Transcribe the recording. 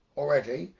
already